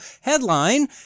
headline